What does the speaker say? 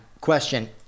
question